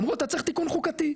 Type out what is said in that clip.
אמרו אתה צריך תיקון חוקתי,